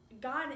God